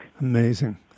Amazing